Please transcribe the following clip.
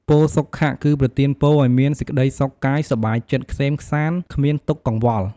ពរសុខៈ គឺប្រទានពរឲ្យមានសេចក្ដីសុខកាយសប្បាយចិត្ត ក្សេមក្សាន្ត គ្មានទុក្ខកង្វល់។